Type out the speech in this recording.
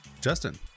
justin